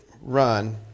run